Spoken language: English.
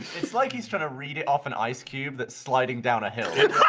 it's like he's trying to read it off an ice, cube. that's sliding down a hill